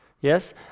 yes